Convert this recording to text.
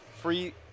free